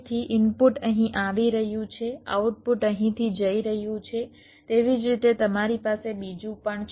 તેથી ઇનપુટ અહીં આવી રહ્યું છે આઉટપુટ અહીંથી જઈ રહ્યું છે તેવી જ રીતે તમારી પાસે બીજું પણ છે